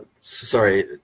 sorry